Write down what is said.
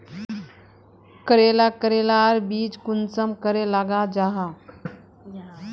करेला करेलार बीज कुंसम करे लगा जाहा?